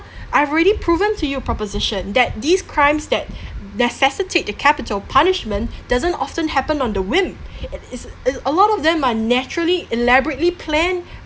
I have already proven to you proposition that these crimes that necessitate the capital punishment doesn't often happen on the whim is is a lot of them are naturally elaborately planned